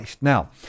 Now